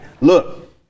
Look